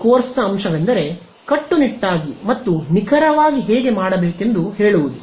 ಈ ಕೋರ್ಸ್ನ ಅಂಶವೆಂದರೆ ಕಟ್ಟುನಿಟ್ಟಾಗಿ ಮತ್ತು ನಿಖರವಾಗಿ ಹೇಗೆ ಮಾಡಬೇಕೆಂದು ಹೇಳುವುದು